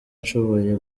nshoboye